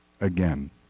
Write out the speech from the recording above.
again